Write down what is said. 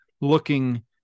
looking